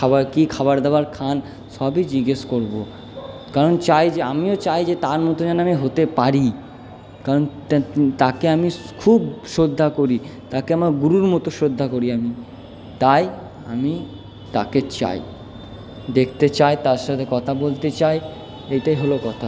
খাবার কী খাবার দাবার খান সবই জিজ্ঞেস করবো কারণ চাই যে আমিও চাই যে তার মতো যেন আমি হতে পারি কারণ তাকে আমি খুব শ্রদ্ধা করি তাকে আমার গুরুর মতো শ্রদ্ধা করি আমি তাই আমি তাকে চাই দেখতে চাই তার সাথে কথা বলতে চাই এইটাই হলো কথা